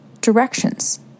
directions